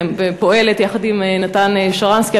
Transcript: ופועלת יחד עם נתן שרנסקי.